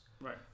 right